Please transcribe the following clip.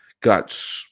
got